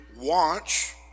watch